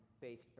Faith